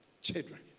children